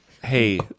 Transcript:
Hey